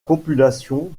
population